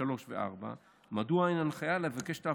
3 ו-4 מדוע אין הנחיה לבקש להשאיר את